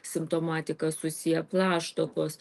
simptomatika susiję plaštakos